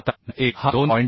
आता n1 हा 2